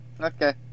Okay